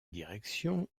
direction